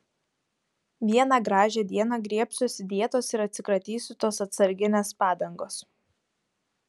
vieną gražią dieną griebsiuosi dietos ir atsikratysiu tos atsarginės padangos